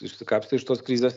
išsikapstė iš tos krizės